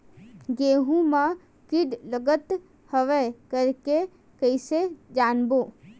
गेहूं म कीट लगत हवय करके कइसे जानबो?